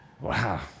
Wow